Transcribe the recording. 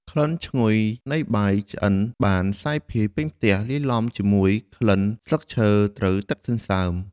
ក្លិនឈ្ងុយនៃបាយឆ្អិនបានសាយភាយពេញផ្ទះ លាយឡំជាមួយក្លិនស្លឹកឈើត្រូវទឹកសន្សើម។